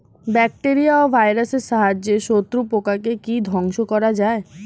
Bacteria ও ভাইরাসের সাহায্যে শত্রু পোকাকে কি ধ্বংস করা যায়?